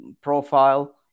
profile